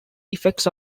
effects